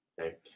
okay